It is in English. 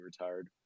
Retired